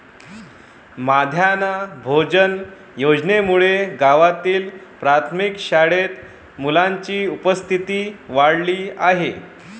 माध्यान्ह भोजन योजनेमुळे गावातील प्राथमिक शाळेत मुलांची उपस्थिती वाढली आहे